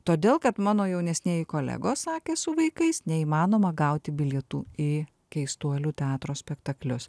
todėl kad mano jaunesnieji kolegos sakė su vaikais neįmanoma gauti bilietų į keistuolių teatro spektaklius